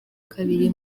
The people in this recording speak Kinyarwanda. kabiri